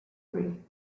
three